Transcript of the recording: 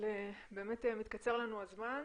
אבל באמת מתקצר לנו הזמן.